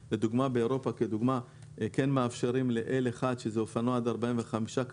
באירופה כן מאפשרים ל-L-1 שזה אופנוע עד 45 סמ"ק